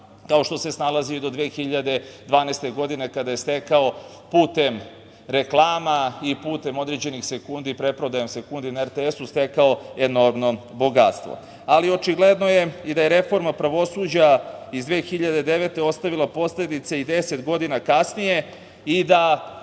kao što se snalazio i do 2012. godine, kada je stekao putem reklama i putem određenih sekundi, preprodajom sekundi na RTS-u, stekao enormno bogatstvo. Očigledno je i da je reforma pravosuđa iz 2009. godine ostavila posledice i 10 godina kasnije i da